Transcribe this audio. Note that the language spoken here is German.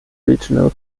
regional